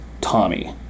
Tommy